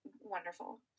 wonderful